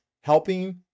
helping